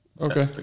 Okay